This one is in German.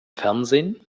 fernsehen